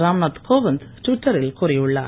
ராம்நாத் கோவிந்த் ட்விட்டரில் கூறியுள்ளார்